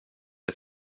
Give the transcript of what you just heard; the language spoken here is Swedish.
det